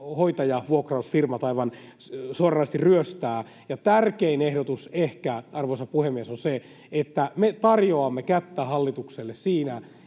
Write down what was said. hoitajavuokrausfirmat aivan suoranaisesti ryöstää. Ja ehkä tärkein ehdotus, arvoisa puhemies, on se, että me tarjoamme kättä hallitukselle siinä,